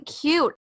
cute